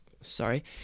Sorry